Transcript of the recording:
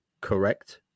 correct